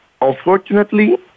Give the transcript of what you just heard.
Unfortunately